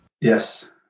Yes